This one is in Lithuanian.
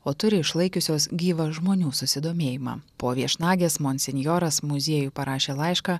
o turi išlaikiusios gyvą žmonių susidomėjimą po viešnagės monsinjoras muziejui parašė laišką